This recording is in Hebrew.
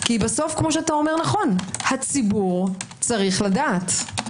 כי בסוף אתה אומר נכון הציבור צריך לדעת.